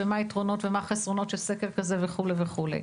מה היתרונות ומה החסרונות של סקר כזה וכולי וכולי.